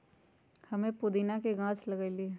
हम्मे पुदीना के गाछ लगईली है